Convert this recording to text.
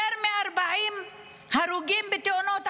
יותר מ-40 הרוגים בתאונות עבודה.